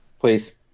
Please